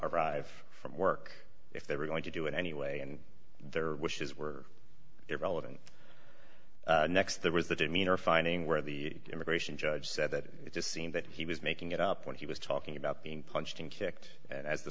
arrive from work if they were going to do it anyway and their wishes were irrelevant next there was the demeanor finding where the immigration judge said that it just seemed that he was making it up when he was talking about being punched and kicked a